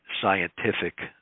scientific